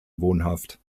wohnhaft